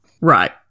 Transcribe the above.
right